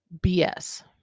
BS